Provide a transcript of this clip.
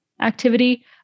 activity